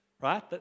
right